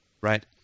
Right